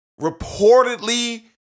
reportedly